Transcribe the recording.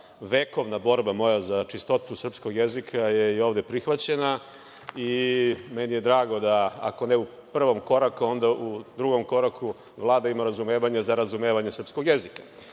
vekovna borba moja za čistotu srpskog jezika je ovde prihvaćena i meni je drago da, ako ne u prvom koraku, onda u drugom koraku Vlada ima razumevanja za razumevanje srpskog jezika.